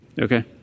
Okay